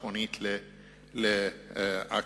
צפונית לעכו.